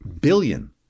billion